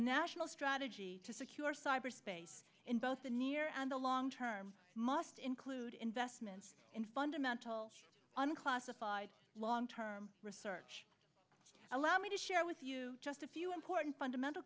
national strategy to secure cyberspace in both the near and the long term must include investments in fundamental unclassified long term research allow me to share with you just a few important fundamental